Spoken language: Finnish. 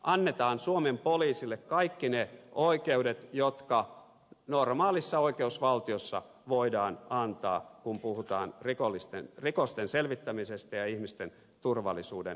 annetaan suomen poliisille kaikki ne oikeudet jotka normaalissa oikeusvaltiossa voidaan antaa kun puhutaan rikosten selvittämisestä ja ihmisten turvallisuuden vahvistamisesta